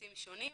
בתמריצים שונים,